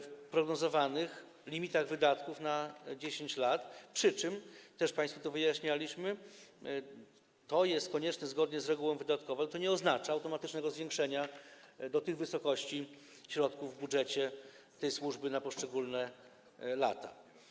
w prognozowanych limitach wydatków na 10 lat, przy czym, to też państwu wyjaśnialiśmy, jest to konieczne zgodnie z regułą wydatkową, ale to nie oznacza automatycznego zwiększenia do tych wysokości środków w budżecie tej służby na poszczególne lata.